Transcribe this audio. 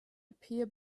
appear